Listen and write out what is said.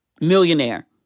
Millionaire